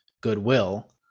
goodwill